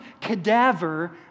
cadaver